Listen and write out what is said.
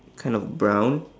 kind of brown